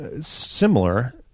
similar